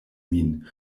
min